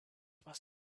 must